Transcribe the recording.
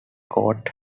court